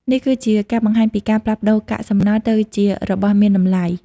នេះជាការបង្ហាញពីការផ្លាស់ប្តូរកាកសំណល់ទៅជារបស់មានតម្លៃ។